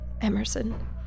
Emerson